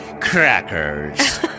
crackers